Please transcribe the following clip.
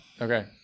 okay